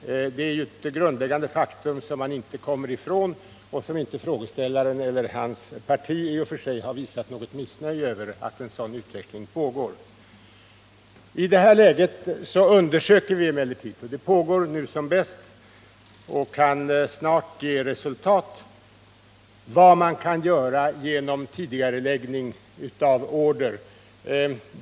Det är ett grundläggande faktum, som man inte kommer ifrån. Varken frågeställaren eller det parti han tillhör har visat något missnöje över att en sådan utveckling pågår. I detta läge undersöker vi som bäst — det kan snart ge resultat — vad som kan göras genom en tidigareläggning av order.